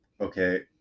okay